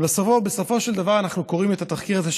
אבל בסופו של דבר אנחנו קוראים את התחקיר הזה,